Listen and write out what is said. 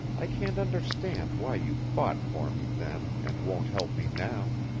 i can't understand why you fought for me then and won't help me now.